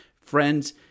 friends